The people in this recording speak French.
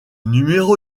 numéro